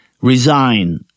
resign